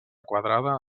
quadrada